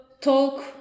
talk